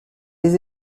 des